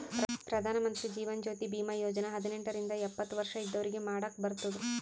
ಪ್ರಧಾನ್ ಮಂತ್ರಿ ಜೀವನ್ ಜ್ಯೋತಿ ಭೀಮಾ ಯೋಜನಾ ಹದಿನೆಂಟ ರಿಂದ ಎಪ್ಪತ್ತ ವರ್ಷ ಇದ್ದವ್ರಿಗಿ ಮಾಡಾಕ್ ಬರ್ತುದ್